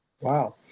Wow